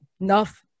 enough